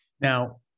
Now